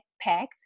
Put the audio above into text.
packed